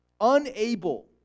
unable